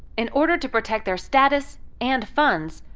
in order to protect their status and funds,